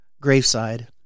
graveside